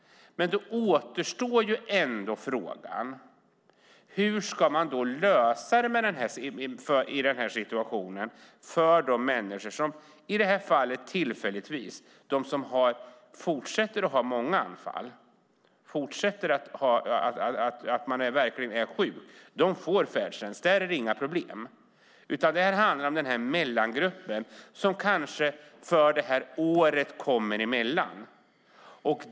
Då återstår ändå frågan: Hur ska man lösa det hela för dem som är i den här situationen? De som fortsätter att få många anfall och verkligen är sjuka får ju färdtjänst, men detta handlar om mellangruppen som kanske hamnar emellan under ett år.